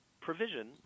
provision